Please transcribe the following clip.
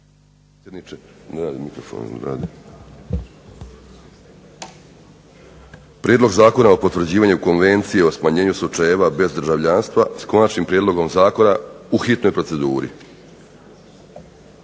Prijedlog zakona o potvrđivanju Konvencije o smanjenju slučajeva bez državljanstva s konačnim prijedlogom zakona u hitnoj proceduri.